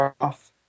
off